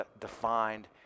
defined